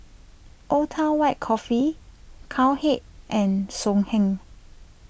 Old Town White Coffee Cowhead and Songhe